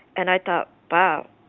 and i thought, wow